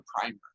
primer